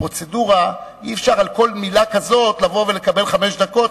בפרוצדורה אי-אפשר על כל מלה כזאת לבוא ולקבל חמש דקות,